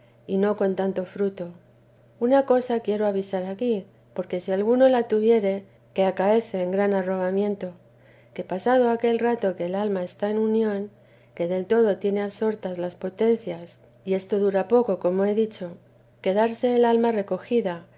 y no con tanto fruto una cosa quiero avisar aquí por si alguno la tuviere que acaece en gran arrobamiento que pasado aquel rato que el alma está en unión que del todo tiene absortas las potencias y esto dura poco como he dicho quedarse el alma recogida